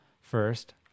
first